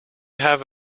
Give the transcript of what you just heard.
have